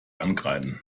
ankreiden